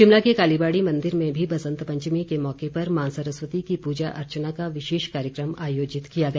शिमला के कालीबाड़ी मंदिर में भी बसंत पंचमी के मौके पर मां सरस्वती की पूजा अर्चना का विशेष कार्यक्रम आयोजित किया गया